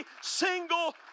single